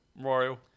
Royal